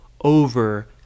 over